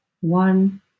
one